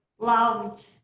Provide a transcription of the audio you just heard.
loved